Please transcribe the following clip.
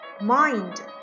mind